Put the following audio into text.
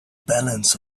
balance